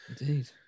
Indeed